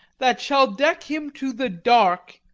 that shall deck him to the dark.